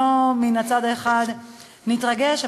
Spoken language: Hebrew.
מן הצד האחד לא נתרגש,